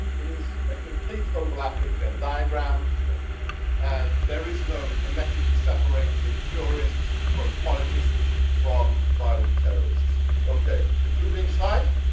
is a complete overlapping venn diagram and there is no hermetically separated purists from politicians from violent terrorists okay concluding slide